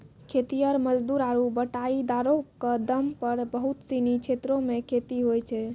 खेतिहर मजदूर आरु बटाईदारो क दम पर बहुत सिनी क्षेत्रो मे खेती होय छै